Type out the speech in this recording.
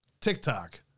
TikTok